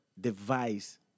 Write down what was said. device